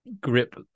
grip